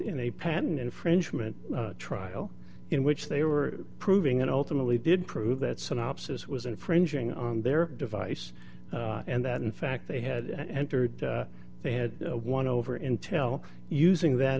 in a patent infringement trial in which they were proving and ultimately did prove that synopsis was infringing on their device and that in fact they had entered they had one over intel using that